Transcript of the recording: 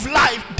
life